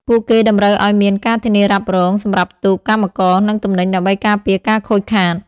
ពួកគេតម្រូវឱ្យមាន ការធានារ៉ាប់រង សម្រាប់ទូក កម្មករ និងទំនិញដើម្បីការពារការខូចខាត។